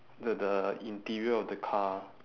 the the interior of the car